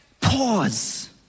Pause